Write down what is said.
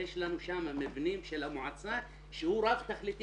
יש לנו שם מבנה של המועצה שהוא רב תכליתי,